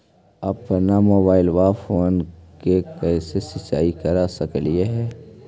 अप्पन mobile phone के कैसे रिचार्ज कर सकली हे?